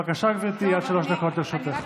בבקשה, גברתי, עד שלוש דקות לרשותך.